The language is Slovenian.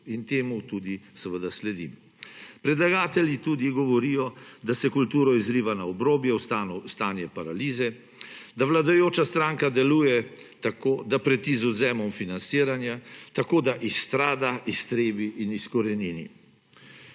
in temu tudi seveda sledim. Predlagatelji tudi govorijo, da se kulturo izriva na obrobje, v stanje paralize, da vladajoča stranka deluje tako, da preti z odvzemom financiranja, tako da izstrada, iztrebi in izkorenini.